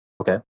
okay